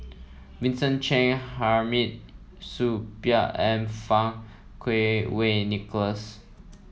Vincent Cheng Hamid Supaat and Fang Kuo Wei Nicholas